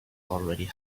already